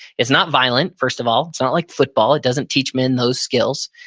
it's not violent, first of all. it's not like football. it doesn't teach men those skills,